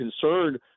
concerned